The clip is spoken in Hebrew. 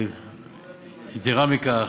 יתרה מכך,